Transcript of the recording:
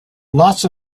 lots